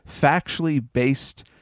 factually-based